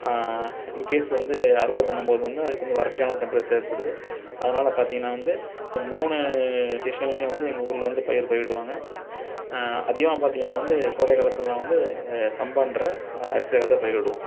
in case வந்து அறுவடை பண்ணும்போது வந்து அதுக்கு வந்து வறட்சியான ஒரு டெம்ப்பரேச்சர் தேவைப்படுது அதனால் பார்த்திங்கன்னா வந்து இந்த மூணு சீசன்லையும் வந்து எங்கள் ஊரில் வந்து பயிர் பயிரிடுவாங்க அதிகமாக பார்த்திங்கன்னா வந்து கோடைக்காலத்துலலாம் வந்து சம்பான்ற அரிசியைதான் பயிரிடுவோம்